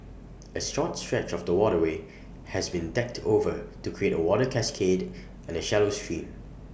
A short stretch of the waterway has been decked over to create A water cascade and A shallow stream